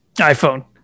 iPhone